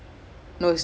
orh